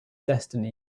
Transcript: destiny